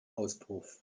auspuff